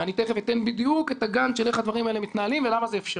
ואני תכף אתן בדיוק את הגאנט איך הדברים האלה מתנהלים ולמה זה אפשרי.